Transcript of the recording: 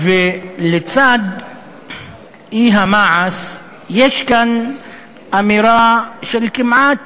לצד האי-מעש יש כאן אמירה של כמעט